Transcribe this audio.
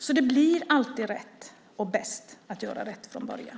Så det blir alltid bäst att göra rätt från början!